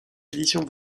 éditions